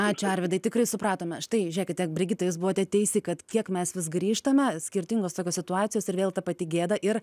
ačiū arvydai tikrai supratome štai žiūrėkite brigita jūs buvote teisi kad kiek mes vis grįžtame skirtingos tokios situacijos ir vėl ta pati gėda ir